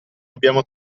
abbiamo